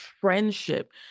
friendship